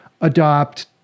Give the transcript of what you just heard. adopt